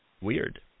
Weird